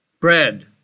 bread